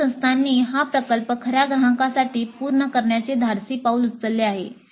काही संस्थांनी हा प्रकल्प खर्या ग्राहकांसाठी पूर्ण करण्याचे धाडसी पाऊल उचलले आहे